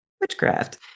witchcraft